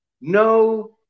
no